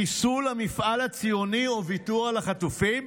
חיסול המפעל הציוני או ויתור על החטופים,